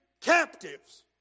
captives